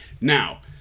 Now